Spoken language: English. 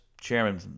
chairman